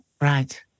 right